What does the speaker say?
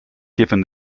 given